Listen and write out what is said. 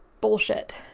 bullshit